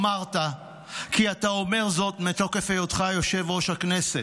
אמרת שאתה אומר את זה מתוקף היותך יושב-ראש הכנסת.